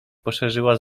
poszerzyła